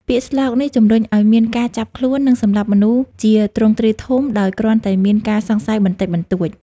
ពាក្យស្លោកនេះជំរុញឱ្យមានការចាប់ខ្លួន និងសម្លាប់មនុស្សជាទ្រង់ទ្រាយធំដោយគ្រាន់តែមានការសង្ស័យបន្តិចបន្តួច។